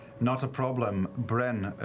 not a problem. bren,